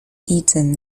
eton